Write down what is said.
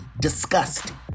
disgusting